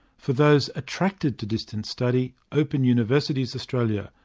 for those attracted to distance study, open universities australia,